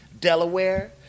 Delaware